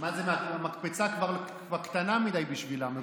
המקפצה כבר קטנה מדי בשבילם,